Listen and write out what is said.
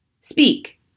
Speak